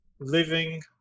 Living